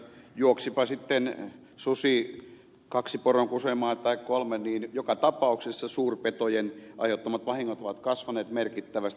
juoksipa sitten susi kaksi poronkusemaa tai kolme niin joka tapauksessa suurpetojen aiheuttamat vahingot ovat kasvaneet merkittävästi